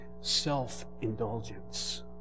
self-indulgence